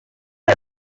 ayo